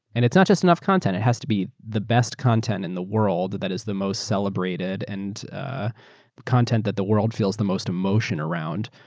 and it's not just enough content. it has to be the best content in the world that is the most celebrated, and ah content that the world feels the most emotion around.